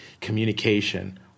Communication